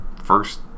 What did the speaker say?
first